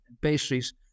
pastries